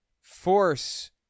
force